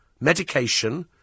medication